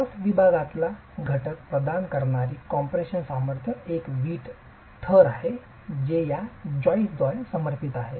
cross विभागाला घटक प्रदान करणारी कॉम्प्रेशन सामर्थ्य एक वीट थर आहे जे या जॉईस्ट द्वारे समर्थीत आहे